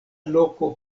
loko